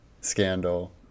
scandal